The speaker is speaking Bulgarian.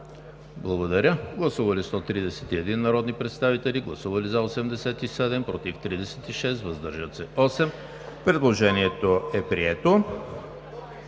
Панчев. Гласували 131 народни представители: за 87, против 36, въздържали се 8. Предложението е прието.